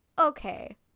okay